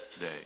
day